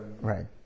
Right